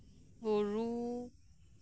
ᱨᱩ